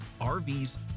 RVs